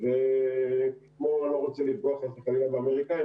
אני לא רוצה לפגוע חס וחלילה באמריקאים